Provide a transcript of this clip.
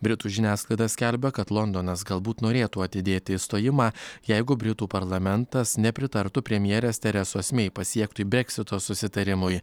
britų žiniasklaida skelbia kad londonas galbūt norėtų atidėti išstojimą jeigu britų parlamentas nepritartų premjerės teresos mei pasiektui breksito susitarimui